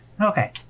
Okay